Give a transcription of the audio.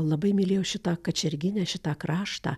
labai mylėjo šitą kačerginę šitą kraštą